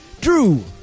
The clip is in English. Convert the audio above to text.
Drew